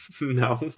No